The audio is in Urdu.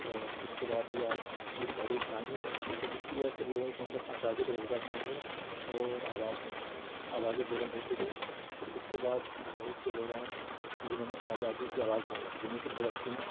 اور اس کے بعد یہ تحریک قائم ہوئی تو جس کی وجہ سے لوگوں کے اندر آزادی کا جذبہ قائم ہوا اور آوازیں آوازیں بلند ہوتی گئی پھر اس کے بعد بہت سے لوگ آئے جنہوں نے آزادی کی آواز بلند کی جن میں سے بھگت سنگھ